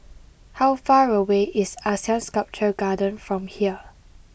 how far away is Asean Sculpture Garden from here